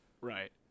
Right